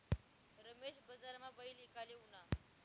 रमेश बजारमा बैल ईकाले ऊना